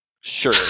Sure